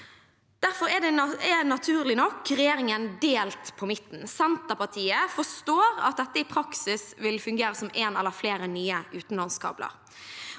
Derfor er naturlig nok regjeringen delt på midten. Senterpartiet forstår at dette i praksis vil fungere som en eller flere nye utenlandskabler.